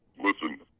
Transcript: Listen